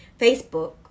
Facebook